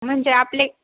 म्हणजे आपले